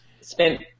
spent